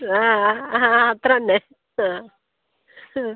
ആ ആ ആ ആ അത്രതന്നെ ആ ആ